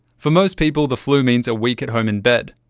for most people, the flu means a week at home in bed.